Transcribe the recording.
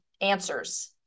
answers